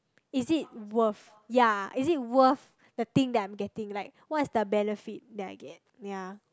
is it worth ya is it worth the thing that I'm getting like what is the benefit that I get ya